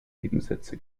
nebensätze